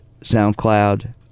soundcloud